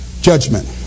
judgment